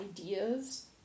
ideas